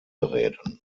reden